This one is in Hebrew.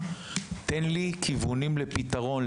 תיתן לי כיוונים לפתרון,